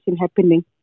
happening